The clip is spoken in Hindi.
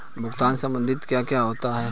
भुगतान संसाधित क्या होता है?